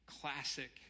classic